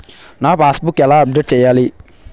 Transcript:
నా pass book ఎలా update చేయాలి?